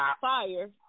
fire